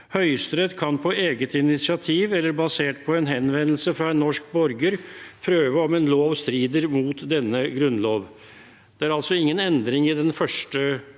«Høyesterett kan på eget initiativ eller basert på en henvendelse fra en norsk borger prøve om en lov strider mot denne grunnlov.» Det er altså ingen endring i den første delen